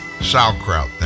sauerkraut